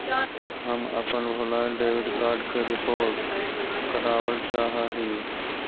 हम अपन भूलायल डेबिट कार्ड के रिपोर्ट करावल चाह ही